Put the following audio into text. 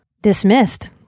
dismissed